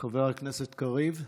חבר הכנסת קריב,